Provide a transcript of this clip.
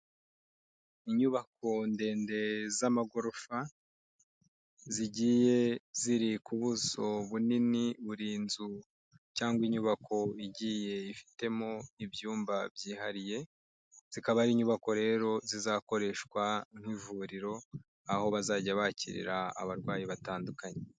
Inyubako ndende z'amagorofa zigiye ziri ku buso bunini buri nzu cyangwa inyubako igiye ifitemo ibyumba byihariye, zikaba ari inyubako rero zizakoreshwa nk'ivuriro aho bazajya bakirira abarwayi batandukanye.